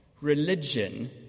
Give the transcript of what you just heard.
Religion